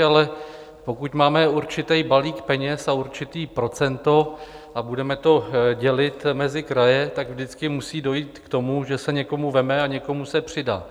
Ale pokud máme určitý balík peněz a určité procento a budeme to dělit mezi kraje, tak vždycky musí dojít k tomu, že se někomu vezme a někomu se přidá.